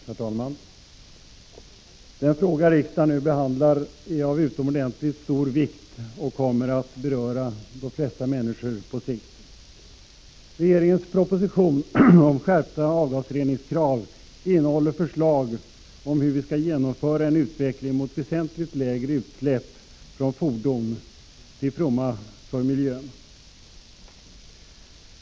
Herr talman! Den fråga riksdagen nu behandlar är av utomordentligt stor vikt och kommer på sikt att beröra de flesta människor. Regeringens proposition om skärpta avgasreningskrav innehåller förslag om hur vi skall genomföra en utveckling mot väsentligt lägre utsläpp från fordon, till fromma för miljön.